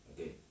Okay